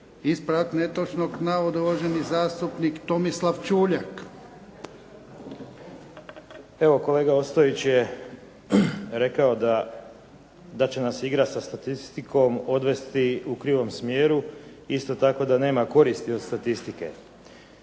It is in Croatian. Ispravak netočnog navoda uvaženi zastupnik Tomislav Čuljak. **Čuljak, Tomislav (HDZ)** Evo kolega Ostojić je rekao da će nas igra sa statistikom odvesti u krivom smjeru. Isto tako da nema koristi od statistike.